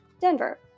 Denver